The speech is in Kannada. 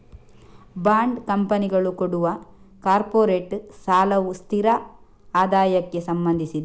ಬಾಂಡ್ ಕಂಪನಿಗಳು ಕೊಡುವ ಕಾರ್ಪೊರೇಟ್ ಸಾಲವು ಸ್ಥಿರ ಆದಾಯಕ್ಕೆ ಸಂಬಂಧಿಸಿದೆ